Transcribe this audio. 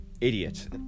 Idiot